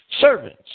servants